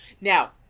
Now